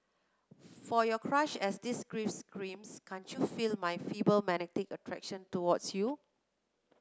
for your crush as this gift screams can't you feel my feeble magnetic attraction towards you